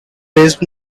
based